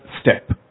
step